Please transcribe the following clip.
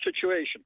situation